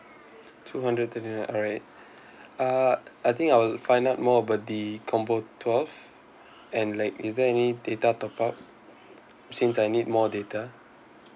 two hundred twenty nine alright uh I think I'll find out more about the combo twelve and like is there any data top up since I need more data